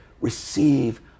receive